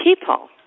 people